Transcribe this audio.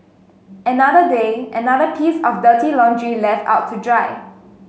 another day another piece of dirty laundry left out to dry